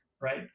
right